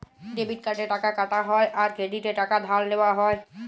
debit কার্ডে টাকা কাটা হ্যয় আর ক্রেডিটে টাকা ধার লেওয়া হ্য়য়